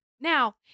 now